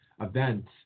event